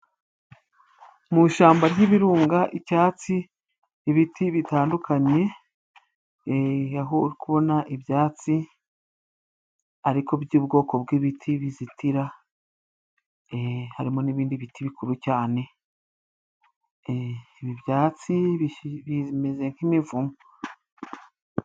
Mu ishyamba ry'ibirunga, icyatsi , ibiti bitandukanye aho uri kubona ibyatsi ariko by'ubwoko bw'ibiti bizitira, harimo n'ibindi biti bikuru cyane ibi byatsi bimeze nk'imivumu.